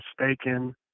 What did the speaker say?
mistaken